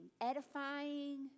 edifying